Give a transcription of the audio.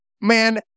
man